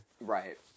Right